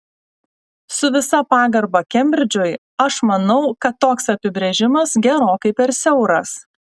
su visa pagarba kembridžui aš manau kad toks apibrėžimas gerokai per siauras